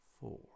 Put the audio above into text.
four